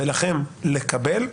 ולכם לקבל,